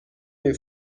این